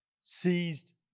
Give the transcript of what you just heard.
seized